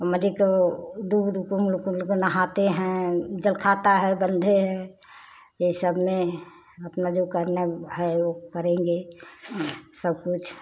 माड़ी को डूब डूब को हम लोग को उन लोग को नहाते हैं जलखाता है बंधे है ये सब में अपना जो करने है वो करेंगे सब कुछ